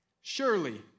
Surely